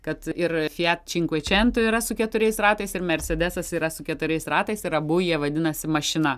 kad ir fiat činkvičento yra su keturiais ratais ir mersedesas yra su keturiais ratais ir abu jie vadinasi mašina